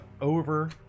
over